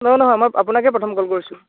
নহয় নহয় মই আপোনাকে প্ৰথম কল কৰিছো